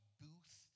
booth